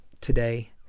today